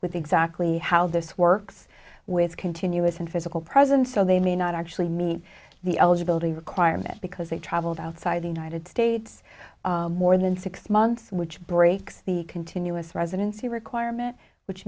with exactly how this works with continuous and physical presence so they may not actually meet the eligibility requirements because they traveled outside the united states more than six months which breaks the continuous residency requirement which